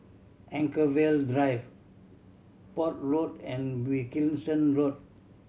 Anchorvale Drive Port Road and Wilkinson Road